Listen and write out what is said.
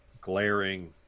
glaring